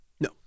No